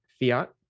Fiat